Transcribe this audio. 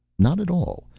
not at all,